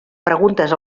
preguntes